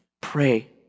pray